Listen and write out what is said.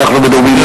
אנחנו בנאומים,